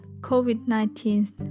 COVID-19